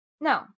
No